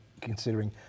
considering